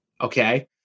Okay